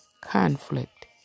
conflict